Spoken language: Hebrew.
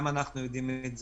גם אנחנו יודעים את זה,